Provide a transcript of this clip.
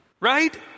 Right